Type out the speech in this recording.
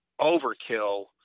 overkill